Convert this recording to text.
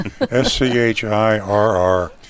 S-C-H-I-R-R